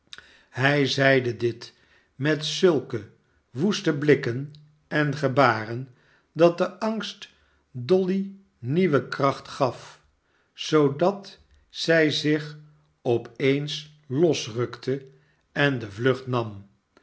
hij zeide dit met zulke woeste blikken en gebaren dat de angst dolly nieuwe kracht gaf zoodat zij zich op eens losrukte en de vlucht nam